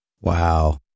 Wow